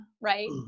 right